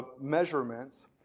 measurements